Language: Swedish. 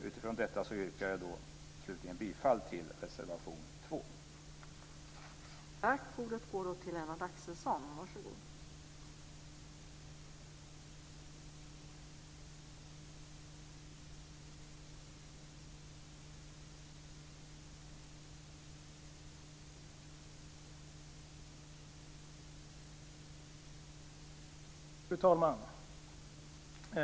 Utifrån detta yrkar jag slutligen bifall till reservation 2.